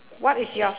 what is yours